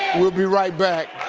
we'll be right back.